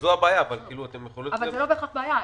זאת הבעיה -- זה לא בהכרח בעיה.